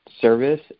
service